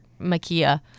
Makia